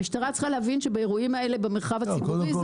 המשטרה צריכה לדעת שבאירועים האלה במרחב הציבורי,